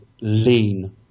lean